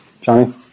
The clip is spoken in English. Johnny